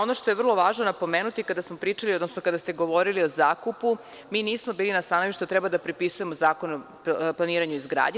Ono što je vrlo važno napomenuti, kada smo pričali, odnosno kada ste govorili o zakupu, mi nismo bili na stanovištu da treba da prepisujemo Zakon o planiranju i izgradnji.